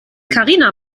karina